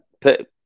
put